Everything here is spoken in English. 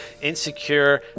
insecure